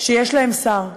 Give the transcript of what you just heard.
שיש להם שר.